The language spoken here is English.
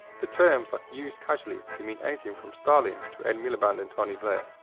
the terms are used casually to mean anything from stalin to ed miliband and tony blair.